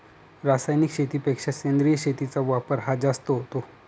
रासायनिक शेतीपेक्षा सेंद्रिय शेतीचा वापर हा जास्त होतो